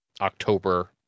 October